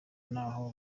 n’aho